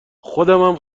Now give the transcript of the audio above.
خودمم